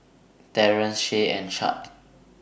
Terance Shay and Chadd